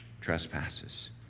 trespasses